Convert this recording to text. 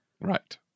Right